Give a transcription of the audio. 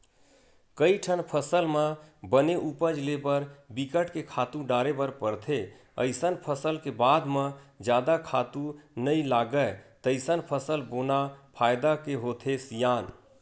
कइठन फसल म बने उपज ले बर बिकट के खातू डारे बर परथे अइसन फसल के बाद म जादा खातू नइ लागय तइसन फसल बोना फायदा के होथे सियान